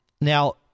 Now